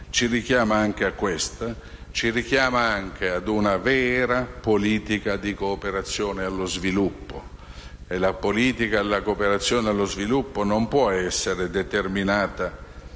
ci richiama anche a questo, ad una vera politica di cooperazione allo sviluppo. E la politica di cooperazione allo sviluppo non può essere determinata